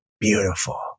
beautiful